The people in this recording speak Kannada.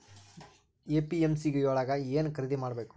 ಎ.ಪಿ.ಎಮ್.ಸಿ ಯೊಳಗ ಏನ್ ಖರೀದಿದ ಮಾಡ್ಬೇಕು?